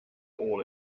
all